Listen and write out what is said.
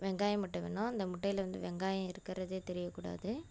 வெங்காயம் மட்டும் வேணும் அந்த முட்டையில் வந்து வெங்காயம் இருக்கறது தெரியக்கூடாது